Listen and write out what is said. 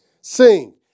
Sing